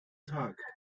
tag